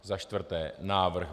Za čtvrté návrh B2.